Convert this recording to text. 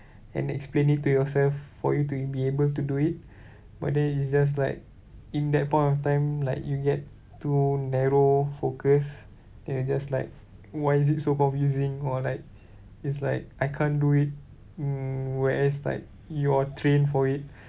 and explain it to yourself for you to be able to do it but then it's just like in that point of time like you get too narrow focus then you just like why is it so confusing or like it's like I can't do it mm whereas like you are trained for it